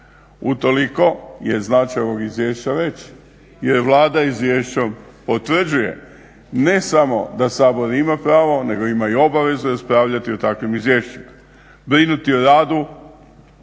Utoliko je značaj ovog izvješća veći jer Vlada izvješćem potvrđuje ne samo da Sabor ima pravo nego ima i obaveze raspravljati o takvim izvješćima,